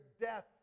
death